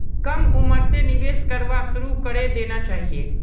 कम उम्रतें निवेश करवा शुरू करे देना चहिए